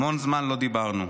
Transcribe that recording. המון זמן לא דיברנו.